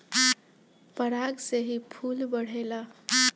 पराग से ही फूल बढ़ेला